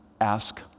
ask